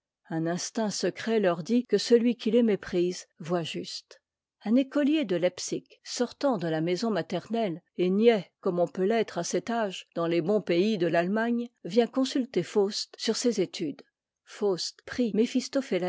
un instinct secret leur dit que celui qui les méprise voitjuste un écolier de leipsick sortant de la maison maternelle et niais comme on peut l'être à cet âge dans les bons pays de l'allemagne vient consulter faust sur ses études faust